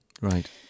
right